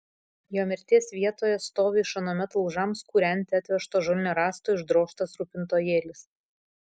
jo mirties vietoje stovi iš anuomet laužams kūrenti atvežto ąžuolinio rąsto išdrožtas rūpintojėlis